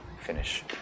finish